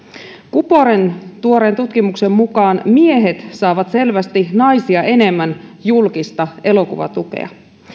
cuporen tuoreen tutkimuksen mukaan miehet saavat selvästi naisia enemmän julkista elokuvatukea